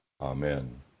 Amen